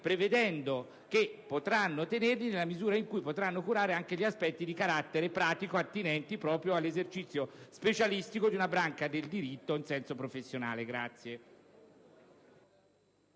prevedendo che potranno tenerli nella misura in cui potranno curare anche gli aspetti di carattere pratico attinenti proprio all'esercizio specialistico di una branca del diritto in senso professionale.